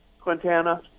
Quintana